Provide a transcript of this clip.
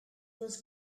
was